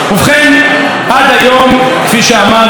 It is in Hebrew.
לא נתקבלה התשובה מן הפרטנר הפלסטיני,